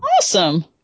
Awesome